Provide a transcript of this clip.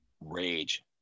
Rage